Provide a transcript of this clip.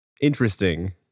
interesting